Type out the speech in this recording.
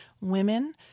women